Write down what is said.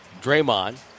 Draymond